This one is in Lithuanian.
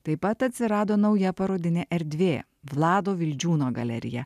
taip pat atsirado nauja parodinė erdvė vlado vildžiūno galerija